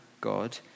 God